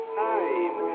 time